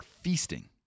feasting